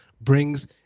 brings